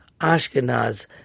Ashkenaz